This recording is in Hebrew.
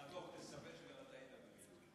חבר הכנסת אלמוג כהן, בבקשה.